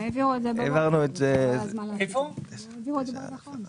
הם העבירו ברגע האחרון.